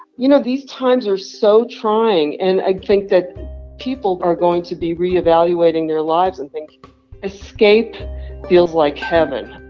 you know, these times are so trying, and i think that people are going to be reevaluating their lives and thinking escape feels like heaven